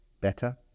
better